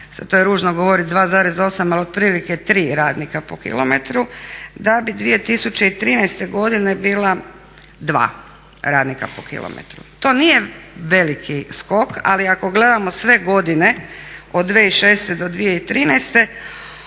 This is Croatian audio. to je ružno govorit 2,8 ali otprilike 3 radnika po km da bi 2013. godine bila 2 radnika po km. To nije veliki skok, ali ako gledamo sve godine od 2006. do 2013. onda